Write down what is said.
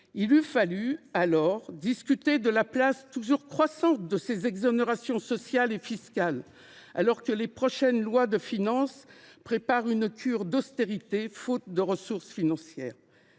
Il eût fallu discuter de la place toujours croissante des exonérations sociales et fiscales, alors que les prochains projets de loi de finances nous préparent une cure d’austérité, faute de ressources financières.